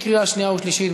לקריאה שנייה ושלישית.